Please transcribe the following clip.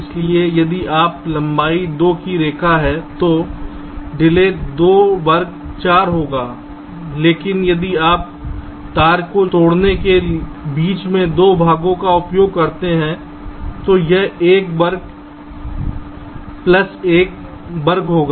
इसलिए यदि आपकी लंबाई 2 की रेखा है तो डिले 2 वर्ग 4 होगा लेकिन यदि आप तार को तोड़ने के बीच में 2 भागों में उपयोग करते हैं तो यह 1 वर्ग प्लस 1 वर्ग होगा